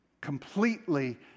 completely